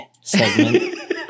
segment